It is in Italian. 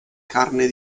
carne